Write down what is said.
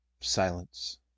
Silence